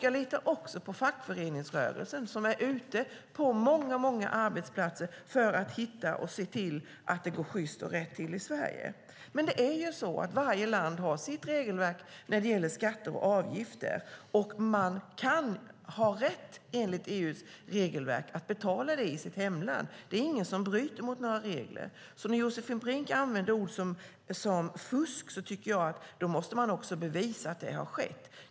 Jag litar också på fackföreningsrörelsen, som är ute på många arbetsplatser i Sverige för att se till att det går sjyst och rätt till. Det är dock så att varje land har sitt eget regelverk när det gäller skatter och avgifter. Man kan enligt EU:s regelverk ha rätt att betala dem i sitt hemland. Det är ingen som bryter mot några regler. När Josefin Brink använder ord som "fusk" måste hon också bevisa att fusk har skett.